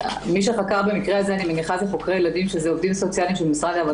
אני מניחה שמי שחקר במקרה הזה אלה חוקרי ילדים